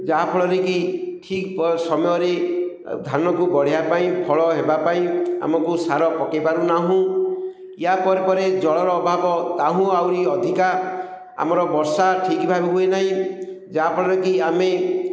ଯାହାଫଳରେ କି ଠିକ୍ ସମୟରେ ଧାନକୁ ବଢ଼ିବା ପାଇଁ ଫଳ ହେବା ପାଇଁ ଆମକୁ ସାର ପକାଇ ପାରୁନାହୁଁ ୟା ପରେ ପରେ ଜଳର ଅଭାବ ତାହା ଆହୁରି ଅଧିକା ଆମର ବର୍ଷା ଠିକ୍ ଭାବେ ହୁଏ ନାହିଁ ଯାହାଫଳରେ କି ଆମେ